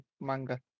manga